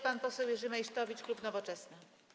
Pan poseł Jerzy Meysztowicz, klub Nowoczesna.